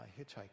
hitchhiking